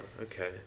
okay